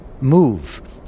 move